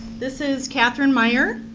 this is catherine myer,